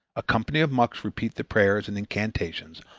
a company of monks repeat their prayers and incantations,